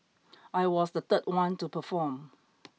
I was the third one to perform